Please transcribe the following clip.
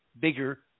bigger